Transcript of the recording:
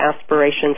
aspirations